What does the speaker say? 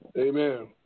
Amen